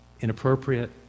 inappropriate